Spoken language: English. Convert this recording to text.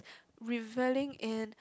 revealing in